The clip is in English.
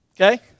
Okay